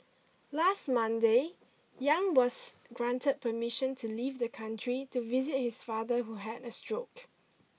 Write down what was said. last Monday Yang was granted permission to leave the country to visit his father who had a stroke